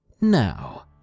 Now